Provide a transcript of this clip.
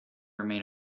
remain